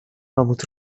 robót